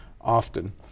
often